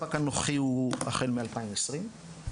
הספק הנוכחי הוא החל מ-2020.